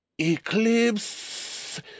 Eclipse